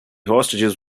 hostages